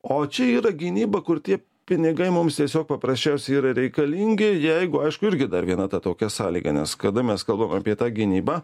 o čia yra gynyba kur tie pinigai mums tiesiog paprasčiausiai yra reikalingi jeigu aišku irgi dar viena tokia sąlyga nes kada mes kalbam apie tą gynybą